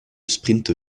sprint